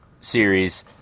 series